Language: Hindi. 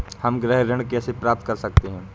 हम गृह ऋण कैसे प्राप्त कर सकते हैं?